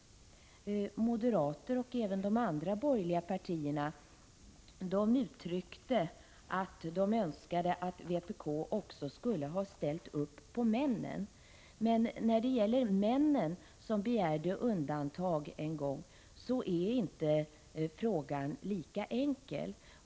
Moderata samlingspartiet och även de andra borgerliga partierna uttalade att de önskade att vpk också skulle ha ställt upp för männen. Men när det gäller männen, som begärde undantag en gång, är frågan inte lika enkel.